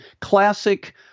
classic –